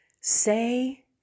say